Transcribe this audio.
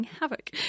havoc